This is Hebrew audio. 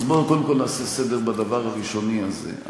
אז בואו קודם כול נעשה סדר בדבר הראשוני הזה.